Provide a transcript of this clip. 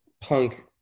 punk